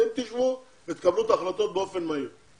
אתם תשבו ותקבלו את ההחלטות באופן מהיר.